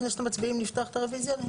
לפני שאתם מצביעים נפתח את הרוויזיה?